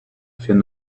fear